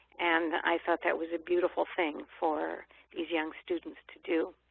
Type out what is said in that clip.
and i thought that was a beautiful thing for these young students to do.